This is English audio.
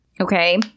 okay